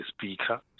speaker